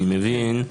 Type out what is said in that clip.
אני מבין,